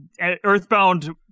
Earthbound